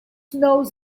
knows